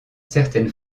certaine